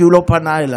כי הוא לא פנה אליי,